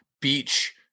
beach